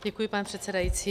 Děkuji, pane předsedající.